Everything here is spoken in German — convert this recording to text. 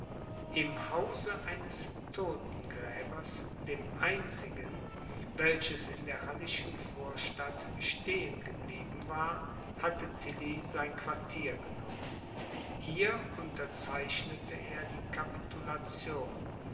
im hause eines todtengräbers dem einzigen welches in der hallischen vorstadt stehen geblieben war hatte tilly sein quartier genommen hier unterzeichnete er die capitulation